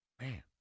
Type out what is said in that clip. Man